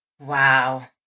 Wow